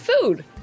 food